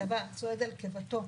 הצבא צועד על קיבתו.